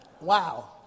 Wow